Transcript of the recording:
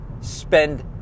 spend